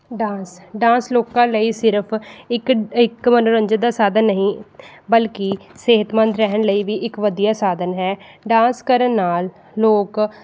dance dance ਲੋਕਾਂ ਲਈ ਸਿਰਫ ਇੱਕ ਇੱਕ ਮਨੋਰੰਜਨ ਦਾ ਸਾਧਨ ਨਹੀਂ ਬਲਕਿ ਸਿਹਤਮੰਦ ਰਹਿਣ ਲਈ ਵੀ ਇੱਕ ਵਧੀਆ ਸਾਧਨ ਹੈ ਡਾਂਸ ਕਰਨ ਨਾਲ ਲੋਕ